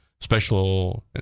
Special